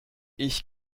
ich